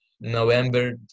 November